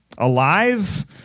Alive